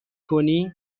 کنی